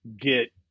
Get